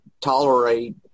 tolerate